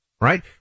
Right